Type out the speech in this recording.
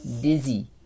Dizzy